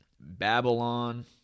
Babylon